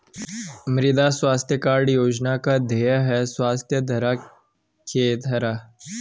मृदा स्वास्थ्य कार्ड योजना का ध्येय है स्वस्थ धरा, खेत हरा